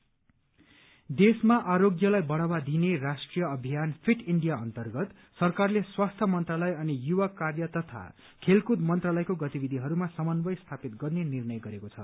आरोग्य देशमा आरोग्यलाई बढ़ावा दिने राष्ट्रीय अभियान फिट इण्डिया अन्तर्गत सरकारले स्वास्थ्य मन्त्रालय अनि युवा कार्य तथा खेलकूद मन्त्रालयको गतिविधिहरूमा समन्वय स्थापित गर्ने निर्णय गरेको छ